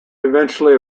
eventually